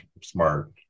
smart